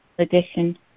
Edition